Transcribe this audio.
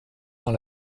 dans